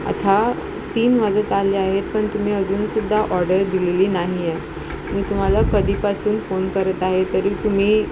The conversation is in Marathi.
आता तीन वाजत आले आहेत पण तुम्ही अजूनसुद्धा ऑर्डर दिलेली नाही आहे मी तुम्हाला कधीपासून फोन करत आहे तरी तुम्ही